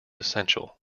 essential